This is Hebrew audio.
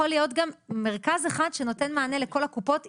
יכול להיות גם רק מרכז אחד שנותן מענה לכל קופות החולים,